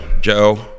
Joe